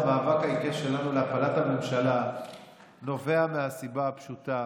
המאבק העיקש שלנו להפלת הממשלה נובע מהסיבה הפשוטה